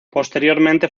posteriormente